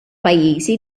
pajjiżi